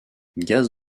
gaz